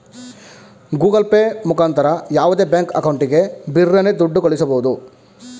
Google Pay ಮುಖಾಂತರ ಯಾವುದೇ bank ಅಕೌಂಟಿಗೆ ಬಿರರ್ನೆ ದುಡ್ಡ ಕಳ್ಳಿಸ್ಬೋದು